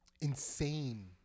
insane